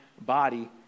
body